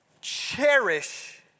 cherish